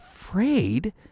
afraid